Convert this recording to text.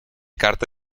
carta